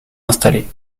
installé